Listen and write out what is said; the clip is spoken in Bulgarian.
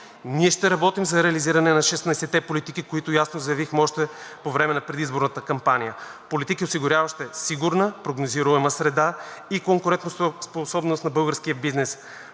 Ние ще работим за реализиране на 16-те политики, които ясно заявихме още по време на предизборната кампания – политики, осигуряващи сигурна, прогнозируема среда и конкурентоспособност на българския бизнес,